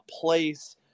place